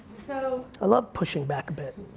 so love pushing back a bit.